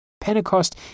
Pentecost